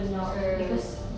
mm